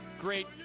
great